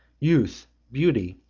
youth, beauty,